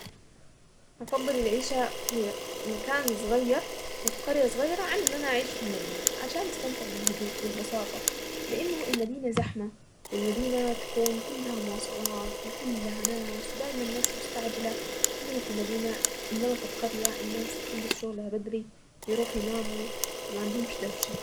افضل العيشة في مكان صغير وفي قرية صغيرة على ان انا اعيش في المدينة عشان استمتع بالهدوء والبساطة لانه المدينة زحمة والمدينة تكون كلها مواصلات وكلها ناس ودايما الناس مستعجلة انما في المدينة انما في القرية الناس تخلص شغلها بدري ويروحوا يناموا وما عندهمش دوشة.